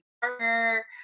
partner